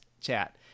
chat